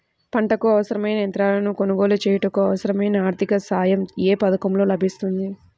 పంటకు అవసరమైన యంత్రాలను కొనగోలు చేయుటకు, అవసరమైన ఆర్థిక సాయం యే పథకంలో లభిస్తుంది?